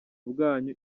bwanyu